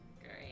Great